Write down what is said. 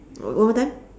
o~ one more time